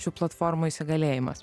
šių platformų įsigalėjimas